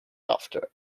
after